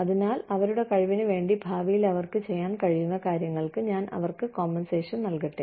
അതിനാൽ അവരുടെ കഴിവിന് വേണ്ടി ഭാവിയിൽ അവർക്ക് ചെയ്യാൻ കഴിയുന്ന കാര്യങ്ങൾക്ക് ഞാൻ അവർക്ക് കോമ്പൻസേഷൻ നൽകട്ടെ